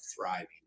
thriving